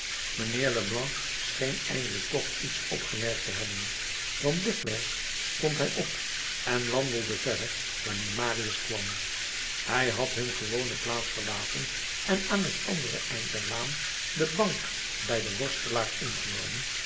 mijnheer leblanc scheen eindelijk toch iets opgemerkt te hebben want dikwerf stond hij op en wandelde verder wanneer marius kwam hij had hun gewone plaats verlaten en aan het andere eind der laan de bank bij den worstelaar ingenomen